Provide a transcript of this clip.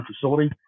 facility